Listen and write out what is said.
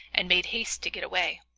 and made haste to get away,